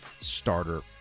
starter